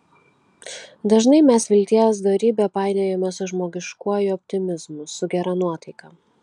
dažnai mes vilties dorybę painiojame su žmogiškuoju optimizmu su gera nuotaika